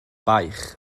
baich